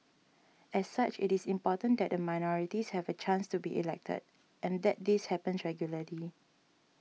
as such it is important that the minorities have a chance to be elected and that this happens regularly